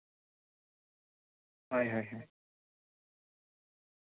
ᱦᱳᱭ ᱦᱳᱭ